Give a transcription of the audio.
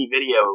video